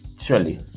surely